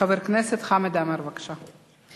חבר הכנסת חמד עמאר, בבקשה.